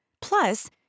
Plus